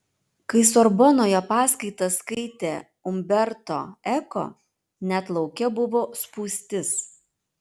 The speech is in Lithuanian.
kai sorbonoje paskaitas skaitė umberto eko net lauke buvo spūstis